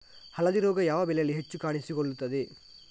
ಹಳದಿ ರೋಗ ಯಾವ ಬೆಳೆಯಲ್ಲಿ ಹೆಚ್ಚು ಕಾಣಿಸಿಕೊಳ್ಳುತ್ತದೆ?